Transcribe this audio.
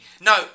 no